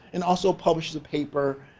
and also publishes a paper,